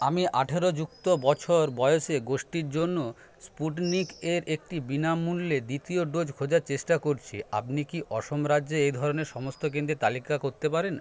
আমি আঠের যুক্ত বছর বয়সের গোষ্ঠীর জন্য স্পুটনিক এর একটি বিনামূল্য দ্বিতীয় ডোজ খোঁজার চেষ্টা করছি আপনি কি অসম রাজ্যে এই ধরনের সমস্ত কেন্দ্রের তালিকা করতে পারেন